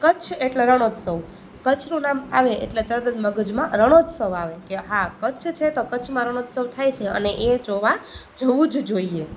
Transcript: કચ્છ એટલે રણોત્સવ કચ્છનું નામ આવે એટલે તરત જ મગજમાં રણોત્સવ આવે કે હા કચ્છ છે તો કચ્છમાં રણોત્સવ થાય છે અને એ જોવા જવું જ જોઈએ